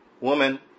woman